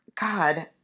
God